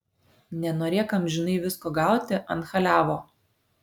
nenorėk amžinai visko gauti ant chaliavo